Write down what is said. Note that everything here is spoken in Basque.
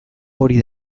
hori